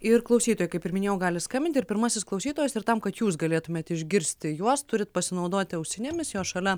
ir klausytojai kaip ir minėjau gali skambinti ir pirmasis klausytojas ir tam kad jūs galėtumėt išgirsti juos turit pasinaudoti ausinėmis jos šalia